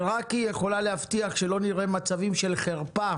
רק היא יכולה להבטיח שלא נראה מצבים של חרפה,